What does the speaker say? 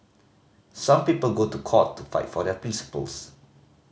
some people go to court to fight for their principles